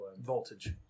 Voltage